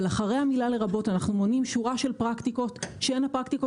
אבל אחרי המילה "לרבות" אנחנו מונים שורה של פרקטיקות שהן הפרקטיות